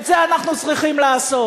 את זה אנחנו צריכים לעשות,